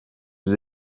yüz